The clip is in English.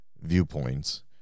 viewpoints